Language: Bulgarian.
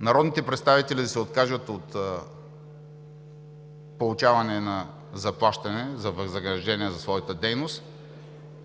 народните представители да се откажат от получаване на заплащане, на възнаграждение за своята дейност